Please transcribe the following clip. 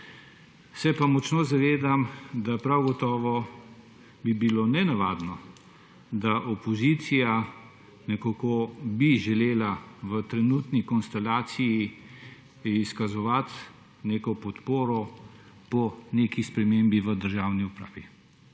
Se pa močno zavedam, da prav gotovo bi bilo nenavadno, da bi opozicija želela v trenutni konstelaciji izkazovati podporo po neki spremembi v državni upravi.